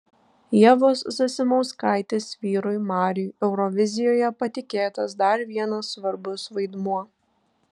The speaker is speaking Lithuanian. ievos zasimauskaitės vyrui mariui eurovizijoje patikėtas dar vienas svarbus vaidmuo